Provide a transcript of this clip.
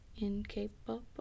incapable